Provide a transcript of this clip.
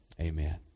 amen